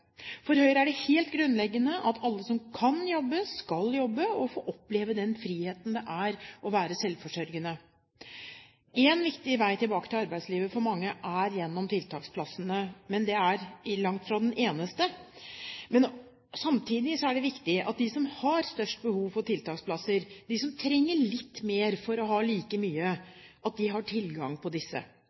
For Høyre er det helt grunnleggende at alle som kan jobbe, skal jobbe, og få oppleve den friheten det er å være selvforsørgende. En viktig vei tilbake til arbeidslivet for mange er gjennom tiltaksplassene, men den er langt fra den eneste. Samtidig er det viktig at de som har størst behov for tiltaksplasser – de som trenger litt mer for å ha like mye – har tilgang på disse.